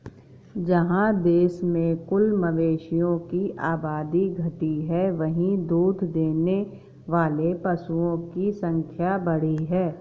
जहाँ देश में कुल मवेशियों की आबादी घटी है, वहीं दूध देने वाले पशुओं की संख्या बढ़ी है